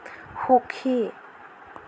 সুখী